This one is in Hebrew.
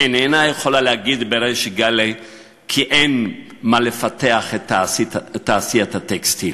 איננה יכולה להגיד בריש גלי כי אין מה לפתח את תעשיית הטקסטיל.